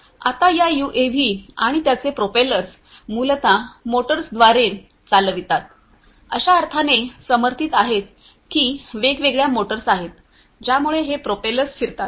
आता या यूएव्ही आणि त्यांचे प्रोपेलर्स मूलत मोटर्सद्वारे चालवितात अशा अर्थाने समर्थित आहेत की वेगवेगळ्या मोटर्स आहेत ज्यामुळे हे प्रोपेलर्स फिरतात